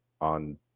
on